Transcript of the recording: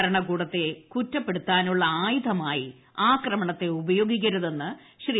ഭരണ കൂടത്തെ കുറ്റപ്പെടുത്താനുള്ള ആയുധമായി ആക്രമണത്തെ ഉപയോഗിക്കരുതെന്ന് ശ്രീ